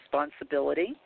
responsibility